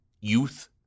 youth